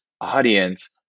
audience